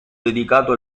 dedicato